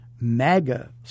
MAGA